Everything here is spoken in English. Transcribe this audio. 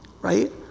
Right